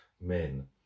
men